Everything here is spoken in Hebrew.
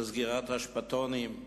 של סגירת אשפתונים.